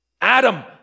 Adam